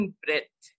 breath